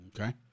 Okay